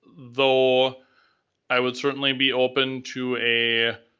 though i would certainly be open to a